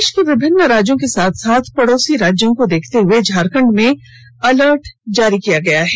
देश के विभिन्न राज्यों के साथ साथ पड़ोसी राज्यों को देखते हुए झारखंड में अलर्ट जारी कर दिया गया है